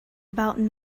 about